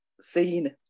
seen